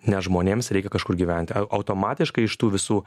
nes žmonėms reikia kažkur gyventi automatiškai iš tų visų